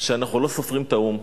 שאנחנו לא סופרים את האו"ם.